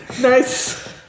Nice